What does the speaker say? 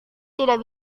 tidak